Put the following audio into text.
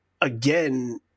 again